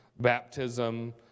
baptism